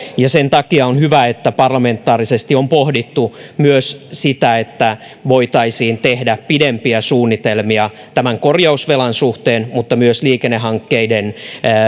ja sen takia on hyvä että parlamentaarisesti on pohdittu myös sitä että voitaisiin tehdä pidempiä suunnitelmia tämän korjausvelan suhteen mutta myös liikennehankkeiden